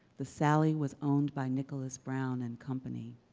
the sally was owned by nicholas brown and company,